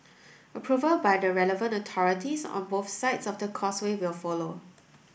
approval by the relevant authorities on both sides of the Causeway will follow